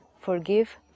Forgive